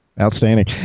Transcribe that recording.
Outstanding